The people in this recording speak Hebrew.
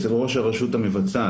אצל ראש הרשות המבצעת.